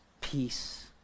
peace